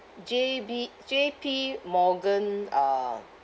J_B J_P morgan uh